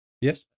Yes